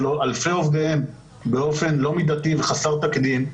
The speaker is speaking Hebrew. של אלפי עובדיהם באופן לא מידתי וחסר תקדים,